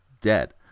dead